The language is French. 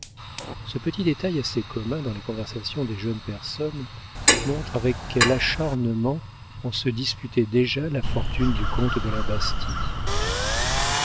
ce petit détail assez commun dans les conversations des jeunes personnes montre avec quel acharnement on se disputait déjà la fortune du comte de la bastie